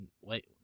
Wait